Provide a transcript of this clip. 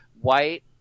white